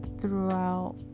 throughout